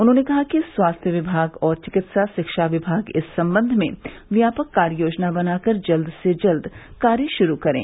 उन्होंने कहा कि स्वास्थ्य विभाग और चिकित्सा शिक्षा विभाग इस सम्बन्ध में व्यापक कार्ययोजना बनाकर जल्द से जल्द कार्य शुरू करें